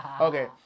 Okay